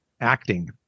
acting